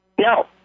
No